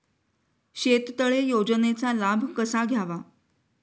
शेततळे योजनेचा लाभ कसा घ्यावा?